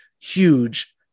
huge